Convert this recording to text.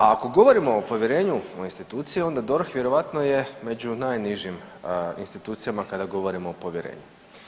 Ako govorimo o povjerenju u institucije onda DORH vjerojatno je među najnižim institucijama kada govorimo o povjerenju.